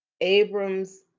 Abram's